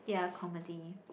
ya comedy